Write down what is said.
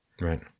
Right